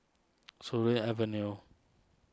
Surin Avenue